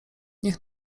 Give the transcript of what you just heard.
niech